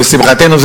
או לשמחתנו,